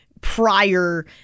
prior